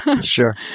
Sure